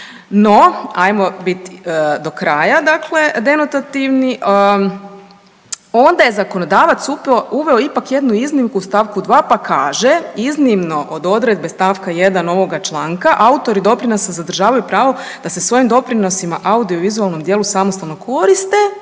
No, hajmo biti do kraja, dakle denotativni. Onda je zakonodavac uveo ipak jednu iznimku u stavku 2. pa kaže: „Iznimno od odredbe stavka 1. ovoga članka autori doprinosa zadržavaju pravo da se svojim doprinosima audio vizualnom dijelu samostalno koriste.